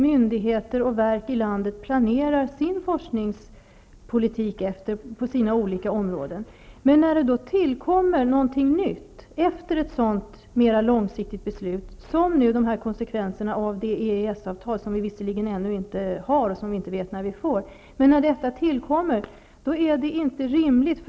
Myndigheter och verk i landet planerar forskningspolitiken på sina olika områden efter detta. När det då tillkommer någonting nytt, som konsekvenserna av det EES avtal som vi visserligen ännu inte har, och som vi inte vet när vi får, efter ett mer långsiktigt beslut är det inte rimligt.